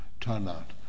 turnout